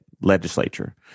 Legislature